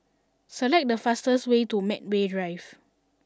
select the fastest way to Medway Drive